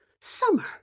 summer